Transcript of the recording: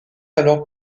alors